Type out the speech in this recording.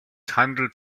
handelt